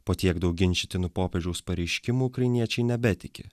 po tiek daug ginčytinų popiežiaus pareiškimų ukrainiečiai nebetiki